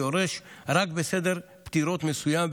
שיורש רק בסדר פטירות מסוים,